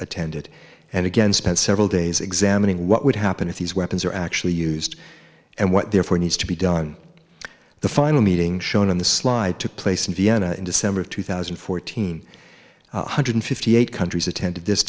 attended and again spent several days examining what would happen if these weapons are actually used and what therefore needs to be done the final meeting shown on the slide took place in vienna in december of two thousand and fourteen one hundred fifty eight countries attended this